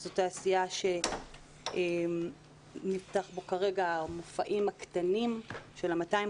זו תעשייה בה נפתחו כרגע מופעים קטנים עם 250,